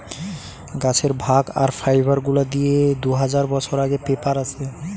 গাছের ভাগ আর ফাইবার গুলা দিয়ে দু হাজার বছর আগে পেপার আসে